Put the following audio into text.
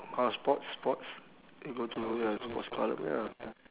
orh sports sports you go to ya sports column ya